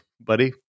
buddy